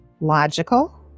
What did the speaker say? logical